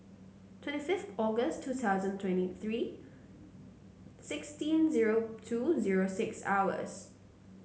twenty fifth August two thousand and twenty three sixteen zero two zero six hours